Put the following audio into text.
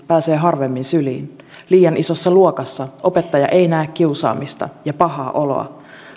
pääsee harvemmin syliin liian isossa luokassa opettaja ei näe kiusaamista ja pahaa oloa